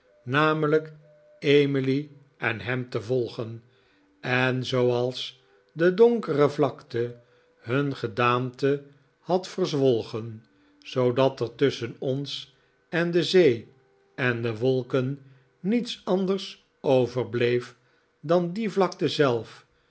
namelijk emily en ham te volgen en zooals de donkere vlakte hun gedaanten had verzwolgen zoodat er tusschen ons en de zee en de wolken niets anders overbleef dan die vlakte zelf